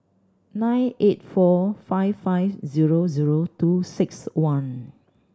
nine eight four five five zero zero two six one